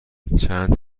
چند